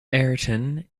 ayrton